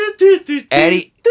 Eddie